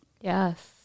Yes